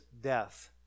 death